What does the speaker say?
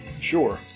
Sure